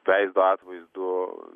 veido atvaizdu